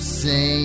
say